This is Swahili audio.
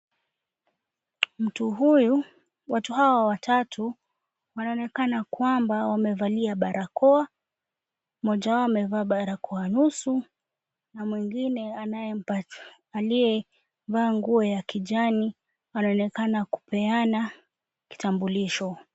Mtu huyu watu hawa watatu wanaonekana kwamba wamevalia barakoa. Mmoja wao amevaa barakoa nusu na mwingine aliyevaa nguo ya kijani anaonekana kupeana kitambulisho.